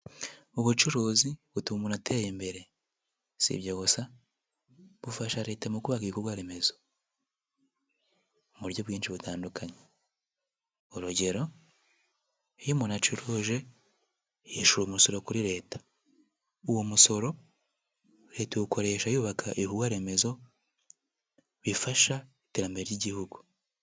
Ubucuruzi butuma umuntu atera imbere, si ibyo gusa, bufasha leta mu kubaka ibikorwa remezo, mu buryo bwinshi butandukanye, urugero; iyo umuntu acuruje, yishyura umusoro kuri leta, uwo musoro, leta iwukoresha yubaka ibikorwa remezo, bifasha iterambere ry'igihugu.